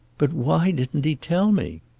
but why didn't he tell me?